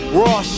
raw